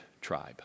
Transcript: tribe